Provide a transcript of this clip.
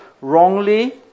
wrongly